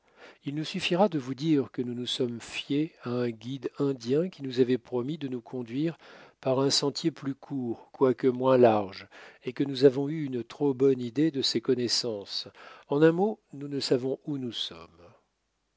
il nous suffira de vous dire que nous nous sommes fiés à un guide indien qui nous avait promis de nous conduire par un sentier plus court quoique moins large et que nous avons eu une trop bonne idée de ses connaissances en un mot nous ne savons où nous sommes